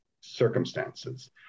circumstances